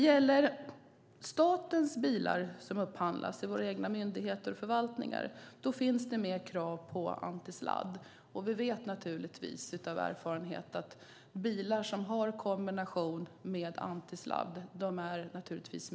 För statens bilar, som upphandlas i våra egna myndigheter och förvaltningar, finns det med krav på antisladd. Vi vet av erfarenhet att bilar som har en kombination med antisladd är mer trafiksäkra.